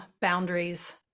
boundaries